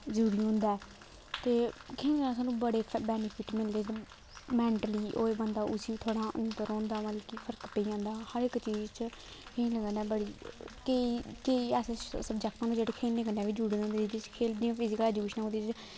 जरूरी होंदा ऐ ते खेलना सानूं बड़े बैनिफिट मिलदे मैंटली होए बंदा होंदा उसी बी थोह्ड़ा होंदा रौह्दा मतलब कि फर्क पेई जंदा हर इक चीज च खेलने कन्नै बड़ी केईं केईं ऐसे सबजैक्ट होंदे जेह्ड़े खेलने कन्नै बी जुड़े दे होंदे जियां फिजिकल ऐजुकेशन ऐ ओह्दे च